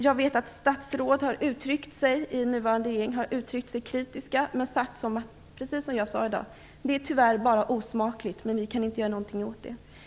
Jag vet att statsråd i den nuvarande regeringen har uttryckt sig kritiskt men sagt att de inte kan göra något åt det, trots att det är osmakligt.